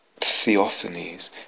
theophanies